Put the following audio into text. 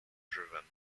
driven